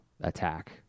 attack